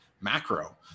macro